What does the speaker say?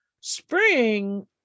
spring